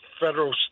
federal